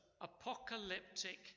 apocalyptic